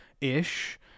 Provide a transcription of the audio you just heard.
ish